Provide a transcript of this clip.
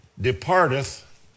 departeth